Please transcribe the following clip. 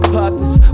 purpose